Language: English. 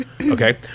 okay